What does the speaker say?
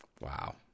Wow